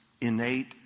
innate